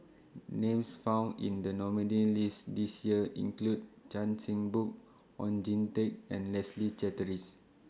Names found in The nominees' list This Year include Chan Chin Bock Oon Jin Teik and Leslie Charteris